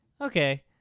Okay